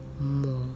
more